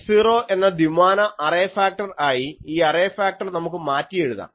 I0 എന്ന ദ്വിമാന array factor ആയി ഈ അറേ ഫാക്ടർ നമുക്ക് മാറ്റി എഴുതാം